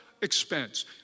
expense